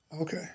Okay